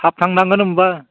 थाब थांनांगोन होनबा